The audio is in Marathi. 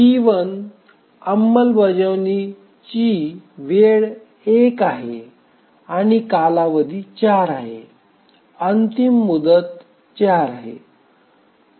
T1 अंमलबजावणीची वेळ 1 आहे आणि कालावधी 4 आहे अंतिम मुदत 4 आहे